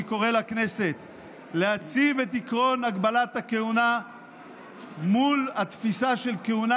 אני קורא לכנסת להציב את עקרון הגבלת הכהונה מול התפיסה של כהונה